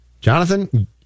Jonathan